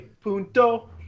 Punto